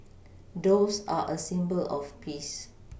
doves are a symbol of peace